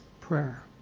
Prayer